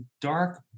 dark